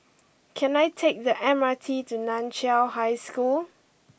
can I take the M R T to Nan Chiau High School